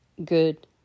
Good